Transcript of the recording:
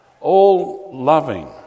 all-loving